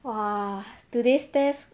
!wah! today's test